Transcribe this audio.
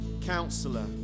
counselor